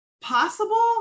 possible